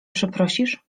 przeprosisz